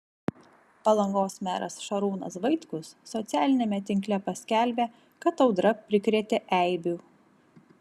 palangos meras šarūnas vaitkus socialiniame tinkle paskelbė kad audra prikrėtė eibių